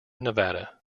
nevada